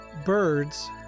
Birds